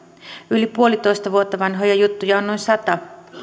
yli puolitoista vuotta vanhoja juttuja on noin sata